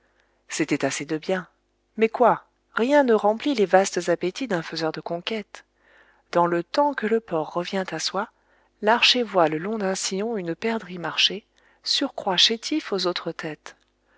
c'était assez de biens mais quoi rien ne remplit les vastes appétits d'un faiseur de conquêtes dans le temps que le porc revient à soi l'archer voit le long d'un sillon une perdrix marcher surcroît chétif aux autres têtes